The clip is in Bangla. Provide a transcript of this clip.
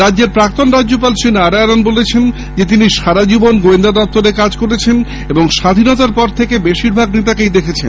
রাজ্যের প্রাক্তন রাজ্যপাল শ্রী নারায়ণন বলেছেন তিনি সারাজীবন গোয়েন্দা দফতরে কাজ করেছেন এবং স্বধীনতার পর থেকে বেশির ভাগ নেতাকে দেখেছেন